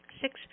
Six